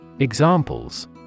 Examples